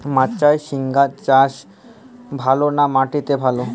মাচায় ঝিঙ্গা চাষ ভালো না মাটিতে ভালো?